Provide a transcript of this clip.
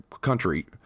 country